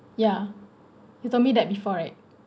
ya you told me that before right